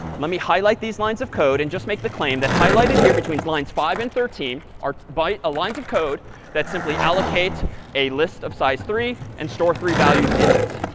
let me highlight these lines of code and just make the claim that highlighted here between lines five and thirteen are ah lines of code that simply allocate a list of size three and store three values in it.